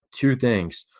two things.